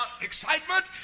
excitement